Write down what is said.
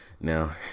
Now